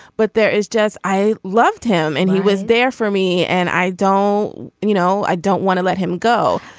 but there is just i loved him and he was there for me. and i don't you know i don't want to let him go.